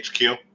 HQ